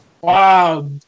Wow